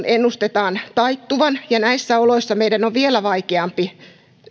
ennustetaan taittuvan ja näissä oloissa meidän on vielä vaikeampi